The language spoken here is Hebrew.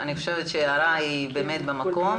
אני חושבת שההערה היא באמת במקום.